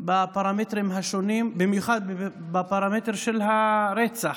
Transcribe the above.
בפרמטרים השונים, במיוחד בפרמטר של רצח.